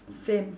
same